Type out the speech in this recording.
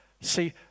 see